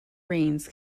rains